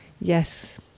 yes